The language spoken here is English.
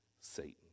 Satan